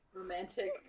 romantic